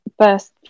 first